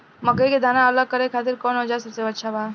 मकई के दाना अलग करे खातिर कौन औज़ार सबसे अच्छा बा?